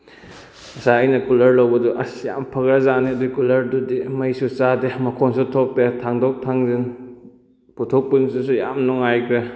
ꯉꯁꯥꯏ ꯑꯩꯅ ꯀꯨꯂꯔ ꯂꯧꯕꯗꯨ ꯑꯁ ꯌꯥꯝ ꯐꯈ꯭ꯔꯖꯥꯅꯤ ꯑꯗꯨꯒꯤ ꯀꯨꯂꯔꯑꯗꯨꯗꯤ ꯃꯩꯁꯨ ꯆꯥꯗꯦ ꯃꯈꯣꯟꯁꯨ ꯊꯣꯛꯇꯦ ꯊꯥꯡꯗꯣꯛ ꯊꯥꯡꯖꯤꯟ ꯄꯨꯊꯣꯛ ꯄꯨꯁꯤꯟꯁꯨ ꯌꯥꯝ ꯅꯨꯡꯉꯥꯏꯈ꯭ꯔꯦ